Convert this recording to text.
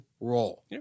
role